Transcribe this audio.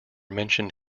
mentioned